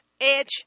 edge